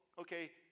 okay